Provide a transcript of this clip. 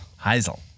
Heisel